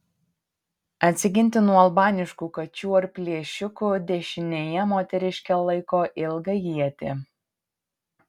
atsiginti nuo albaniškų kačių ar plėšikų dešinėje moteriškė laiko ilgą ietį